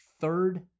third